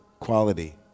quality